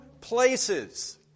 places